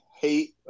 hate